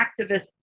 activists